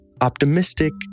optimistic